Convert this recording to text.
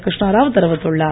கிருஷ்ணாராவ் தெரிவித்துள்ளார்